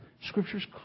Scripture's